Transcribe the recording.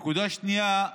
נקודה שנייה,